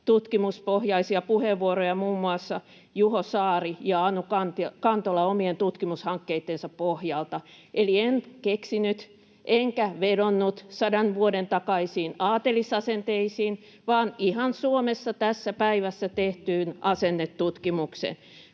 tutkimuspohjaisia puheenvuoroja muun muassa Juho Saari ja Anu Kantola omien tutkimushankkeittensa pohjalta. Eli en keksinyt enkä vedonnut sadan vuoden takaisiin aatelisasenteisiin vaan ihan Suomessa tässä päivässä tehtyyn asennetutkimukseen.